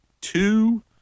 two